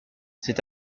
c’est